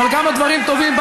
אבל כמה דברים טובים,